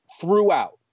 throughout